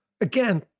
again